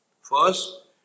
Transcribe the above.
First